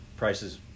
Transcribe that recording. Prices